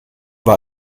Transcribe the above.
war